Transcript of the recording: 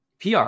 PR